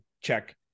check